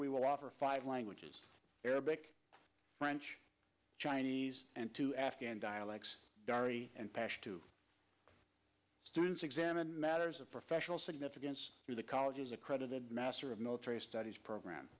we will offer five languages arabic french chinese and two afghan dialects and pass to students examine matters of professional significance through the college's accredited master of military studies program